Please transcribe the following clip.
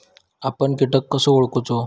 आपन कीटक कसो ओळखूचो?